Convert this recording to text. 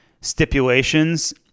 stipulations